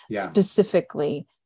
specifically